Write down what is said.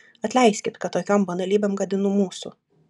atleiskit kad tokiom banalybėm gadinu mūsų